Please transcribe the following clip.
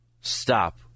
stop